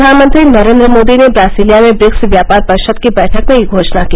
प्रधानमंत्री नरेन्द्र मोदी ने ब्रासिलिया में ब्रिक्स व्यापार परिषद की बैठक में यह घोषणा की